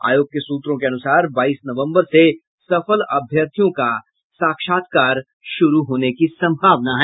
आयोग के सूत्रों के अनुसार बाईस नवंबर से सफल अभ्यर्थियों का साक्षात्कार शुरू होने की संभावना है